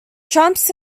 trumps